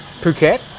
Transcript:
Phuket